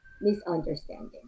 misunderstanding